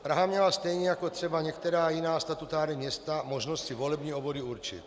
Praha měla stejně jako třeba některá jiná statutární města možnost si volební obvody určit.